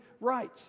right